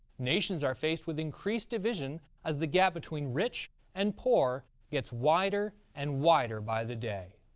nations are faced with increased division as the gap between rich and poor gets wider and wider by the day.